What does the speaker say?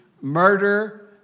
murder